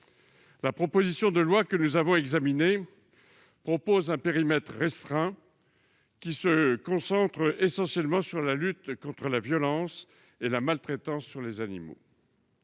La proposition de loi que nous avons examinée vise un périmètre restreint, elle se concentre essentiellement sur la lutte contre la violence et la maltraitance exercées sur les animaux.